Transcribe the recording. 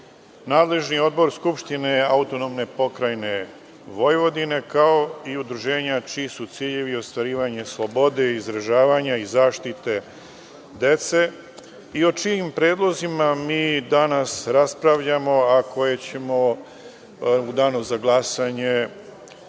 nadležni odbor Skupštine AP Vojvodine, kao i udruženja čiji su ciljevi ostvarenja slobode i izražavanja i zaštite dece i o čijim predlozima mi danas raspravljamo, a koje ćemo u danu za glasanje